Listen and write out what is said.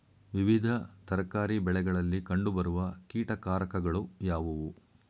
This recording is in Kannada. ವಿವಿಧ ತರಕಾರಿ ಬೆಳೆಗಳಲ್ಲಿ ಕಂಡು ಬರುವ ಕೀಟಕಾರಕಗಳು ಯಾವುವು?